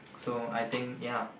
so I think ya